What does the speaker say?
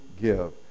give